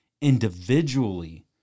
individually